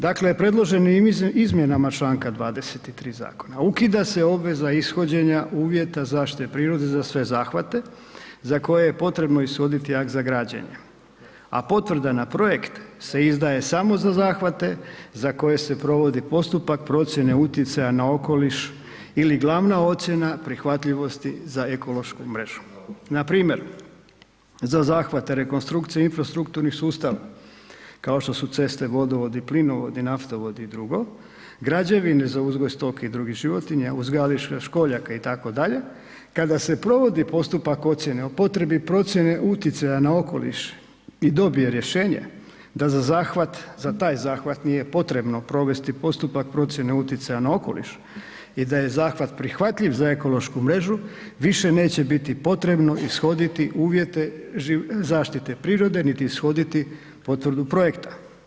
Dakle, predloženim izmjenama čl. 23. zakona ukida se obveza ishođenja uvjeta zaštite prirode za sve zahvate za koje je potrebno ishoditi akt za građenje, a potvrda na projekt se izdaje samo za zahvate za koje se provodi postupak procijene utjecaja na okoliš ili glavna ocjena prihvatljivosti za ekološku mrežu, npr. za zahvate rekonstrukcije infrastrukturnih sustava kao što su ceste, vodovodi, plinovodi, naftovodi i drugo, građevine za uzgoj stoke i drugih životinja, uzgajališta školjaka itd., kada se provodi postupak ocijene o potrebi procijene utjecaja na okoliš i dobije rješenje da za zahvat, za taj zahvat nije potrebno provesti postupak procjene utjecaja na okoliš i da je zahtjev prihvatljiv za ekološku mrežu, više neće biti potrebno ishoditi uvjete zaštite prirode, niti ishoditi potvrdu projekta.